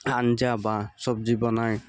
আঞ্জা বা চবজি বনাই